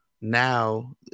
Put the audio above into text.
now